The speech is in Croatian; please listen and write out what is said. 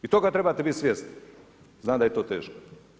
I toga trebate biti svjesni, znam da je to teško.